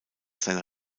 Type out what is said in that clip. seiner